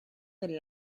del